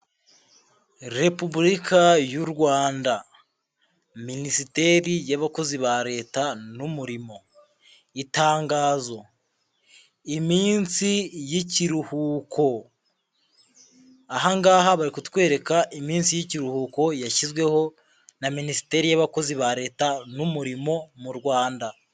Repubulika y'u Rwanda, minisiteri y'abakozi ba Leta n'umurimo, itangazo, iminsi y'ikiruhuko, ahangaha bari kutwereka iminsi y'ikiruhuko yashyizweho na minisiteri y'abakozi ba Leta n'umurimo mu Rwanda.